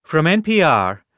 from npr,